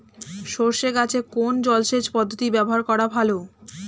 সরষে গাছে কোন জলসেচ পদ্ধতি ব্যবহার করা ভালো?